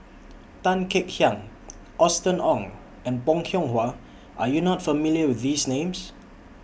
Tan Kek Hiang Austen Ong and Bong Hiong Hwa Are YOU not familiar with These Names